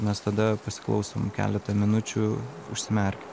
mes tada pasiklausom keletą minučių užsimerkę